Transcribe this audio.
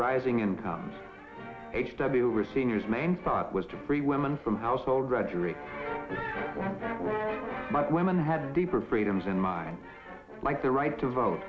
rising incomes h w over seniors main thought was to free women from household rodrick women had deeper freedoms in mind like the right to vote